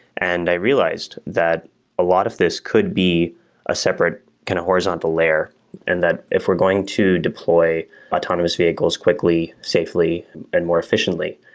and i realized that a lot of this could be a separate kind of horizontal layer and that if we're going to deploy autonomous vehicles quickly, safely and more efficiently,